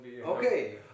Okay